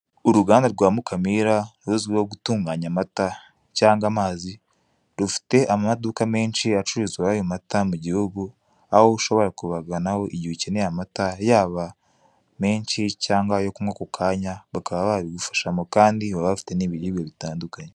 Uruganda rwa Mukamira ruzwiho gutunganya amata cyangwa amazi, rufite amaduka menshi acururizwaho ayo mata mu gihugu aho ushobora kubaganaho igihe ukeneye amata, yaba menshi cyangwa ayo kunywa ako kanya bakaba babigufashamo kandi baba bafite n'ibribwa bitandukanye.